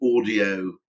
audio